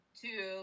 two